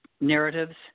narratives